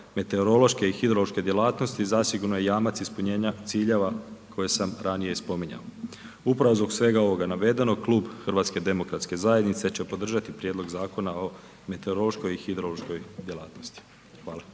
meteorološke i hidrološke djelatnosti, zasigurno je jamac ispunjenja ciljeva koje sam ranije spominjao. Upravo zbog svega ovog navedenog, klub HDZ-a će podržati Prijedlog Zakona o meteorološkoj i hidrološkoj djelatnosti, hvala.